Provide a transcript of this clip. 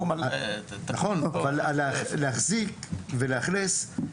להחזיק ולאכלס.